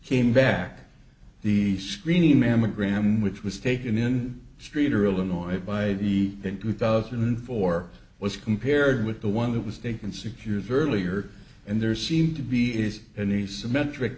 came back the screening mammogram which was taken in streator illinois by the in two thousand and four was compared with the one that was taken sick years earlier and there seemed to be is an asymmetric